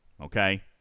Okay